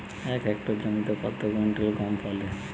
এক হেক্টর জমিতে কত কুইন্টাল গম ফলে?